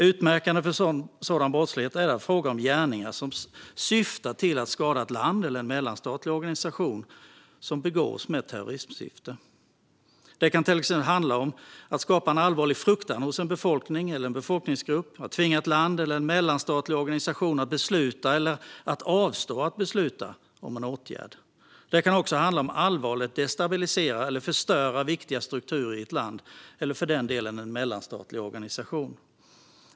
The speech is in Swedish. Utmärkande för sådan brottslighet är att det är fråga om gärningar som syftar till att skada ett land eller en mellanstatlig organisation och som begås med ett terrorismsyfte. Det kan till exempel handla om att skapa allvarlig fruktan hos en befolkning eller en befolkningsgrupp eller om att tvinga ett land eller en mellanstatlig organisation att besluta eller avstå från att besluta om en åtgärd. Det kan också handla om att allvarligt destabilisera eller förstöra viktiga strukturer i ett land eller för den delen en mellanstatlig organisation.